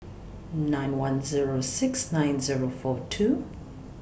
nine one Zero six nine Zero four two